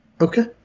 Okay